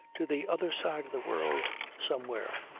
to the other side of the world somewhere,